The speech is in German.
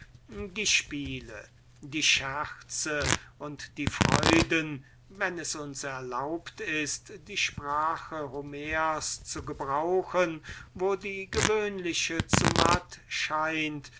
die spiele die scherze und die freuden wenn es uns erlaubt ist die sprache homers zu gebrauchen wo die gewöhnliche zu matt scheint